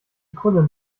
kundin